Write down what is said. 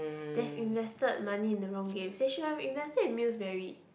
they've invested money in the wrong games they should have invested in Mills Berry